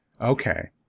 Okay